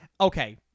Okay